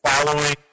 Following